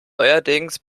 neuerdings